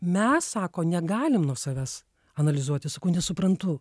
mes sako negalim nuo savęs analizuoti sakau nesuprantu